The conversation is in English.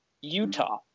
Utah